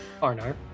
Arnar